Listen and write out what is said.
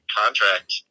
contract